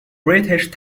british